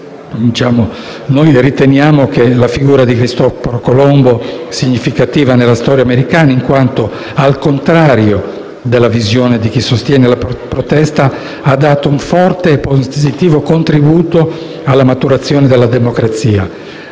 Noi riteniamo la figura di Cristoforo Colombo significativa nella storia americana, in quanto, al contrario della visione di chi sostiene la protesta, ha dato un forte e positivo contributo alla maturazione della democrazia,